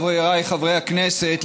חבריי חברי הכנסת,